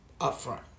upfront